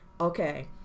okay